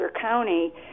County